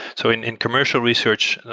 so in in commercial research,